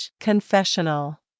confessional